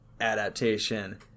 adaptation